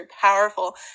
powerful